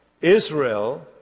Israel